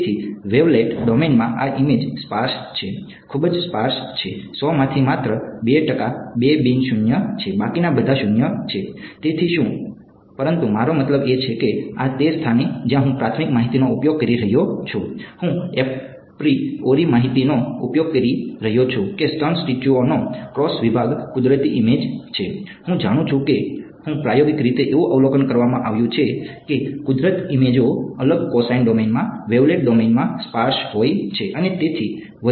તેથી વેવલેટ ડોમેનમાં આ ઈમેજ સ્પાર્સ માહિતીનો ઉપયોગ કરી રહ્યો છું કે સ્તન ટીસ્યુઓનો ક્રોસ વિભાગ કુદરતી ઈમેજ છે હું જાણું છું કે હું પ્રાયોગિક રીતે એવું અવલોકન કરવામાં આવ્યું છે કે કુદરતી ઈમેજઓ અલગ કોસાઇન ડોમેનમાં વેવલેટ ડોમેનમાં સ્પાર્સ હોય છે અને તેથી વધુ